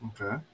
Okay